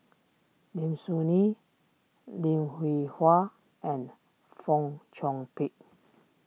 Lim Soo Ngee Lim Hwee Hua and Fong Chong Pik